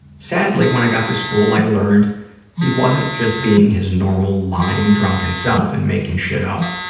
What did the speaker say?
sadly, when i got to school, i learned he wasn't just being his normal lying, drunken self and making shit up.